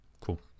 Cool